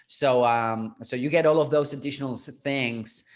so um so you get all of those additional so things